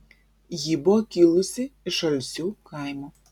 ji buvo kilusi iš alsių kaimo